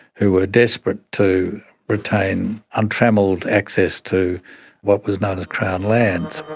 who were desperate to retain untrammelled access to what was known as crown lands.